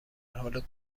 حال